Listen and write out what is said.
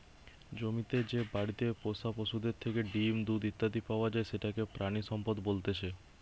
জমিতে যে বাড়িতে পোষা পশুদের থেকে ডিম, দুধ ইত্যাদি পাওয়া যায় সেটাকে প্রাণিসম্পদ বলতেছে